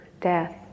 death